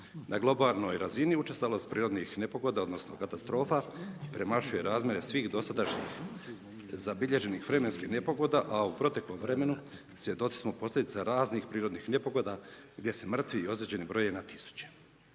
Na globalnoj razini učestalost prirodnih nepogoda odnosno katastrofa premašuje razmjere svih dosadašnjih zabilježenih vremenskih nepogoda, a u proteklom vremenu svjedoci smo posljedica raznih prirodnih nepogoda gdje se mrtvi i određeni broje na tisuće.